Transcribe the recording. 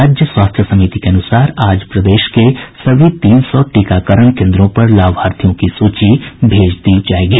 राज्य स्वास्थ्य समिति के अनुसार आज प्रदेश के सभी तीन सौ टीकाकरण केन्द्रों पर लाभार्थियों की सूची भेज दी जायेगी